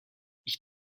ich